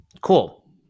Cool